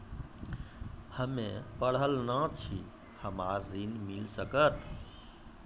हम्मे पढ़ल न छी हमरा ऋण मिल सकत?